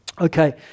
okay